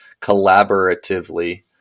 collaboratively